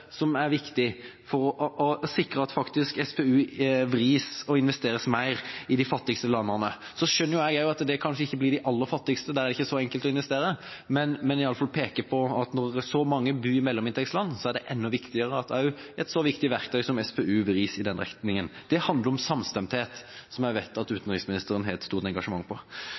for å sikre at SPU faktisk vris og investeres mer i de fattigste landene. Jeg skjønner også at det kanskje ikke blir i de aller fattigste landene. Der er det ikke så enkelt å investere, men jeg vil i alle fall peke på at når så mange bor i mellominntektsland, er det enda viktigere at et så viktig verktøy som SPU vris i den retninga. Det handler om samstemthet, som jeg vet at utenriksministeren har et stort engasjement